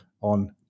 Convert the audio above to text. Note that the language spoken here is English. on